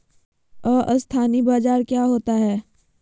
अस्थानी बाजार क्या होता है?